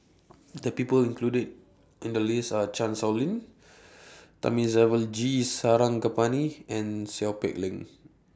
The People included in The list Are Chan Sow Lin Thamizhavel G Sarangapani and Seow Peck Leng